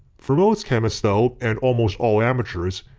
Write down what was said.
for most chemists though, and almost all amateurs,